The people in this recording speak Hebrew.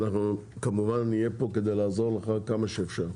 ואנחנו כמובן נהיה פה כדי לעזור לך כמה שאפשר,